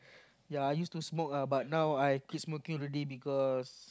ya I used to smoke ah but now I quit smoking already because